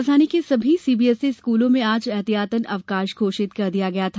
राजधानी के सभी सीबीएसई स्कूलों में आज ऐहतियातन अवकाश घोषित कर दिया गया था